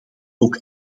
ook